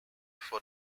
for